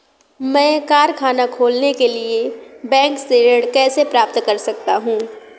मैं कारखाना खोलने के लिए बैंक से ऋण कैसे प्राप्त कर सकता हूँ?